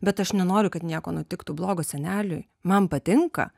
bet aš nenoriu kad nieko nutiktų blogo seneliui man patinka